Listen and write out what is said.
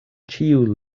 ĉiu